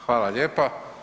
Hvala lijepa.